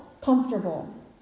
comfortable